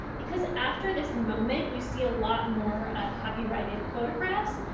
because after this moment, you see a lot more copyrighted photographs,